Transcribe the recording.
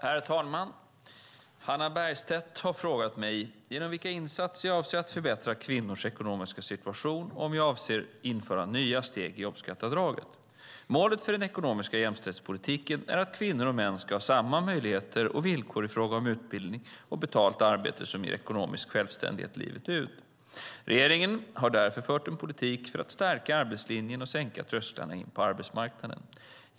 Herr talman! Hannah Bergstedt har frågat mig genom vilka insatser jag avser att förbättra kvinnors ekonomiska situation och om jag avser att införa nya steg i jobbskatteavdraget. Målet för den ekonomiska jämställdhetspolitiken är att kvinnor och män ska ha samma möjligheter och villkor i fråga om utbildning och betalt arbete som ger ekonomisk självständighet livet ut. Regeringen har därför fört en politik för att stärka arbetslinjen och sänka trösklarna in på arbetsmarknaden.